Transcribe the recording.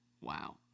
Wow